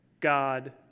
God